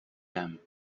them